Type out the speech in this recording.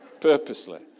purposely